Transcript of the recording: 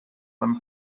when